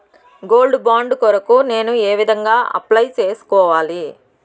Gold bond కొరకు నేను ఏ విధంగా అప్లై సేసుకోవాలి?